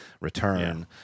return